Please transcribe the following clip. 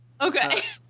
Okay